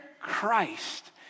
Christ